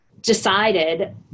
decided